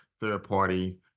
third-party